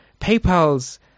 PayPal's